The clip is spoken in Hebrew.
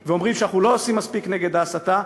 היום ואומרים שאנחנו לא עושים מספיק נגד ההסתה,